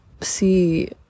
see